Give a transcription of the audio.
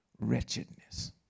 wretchedness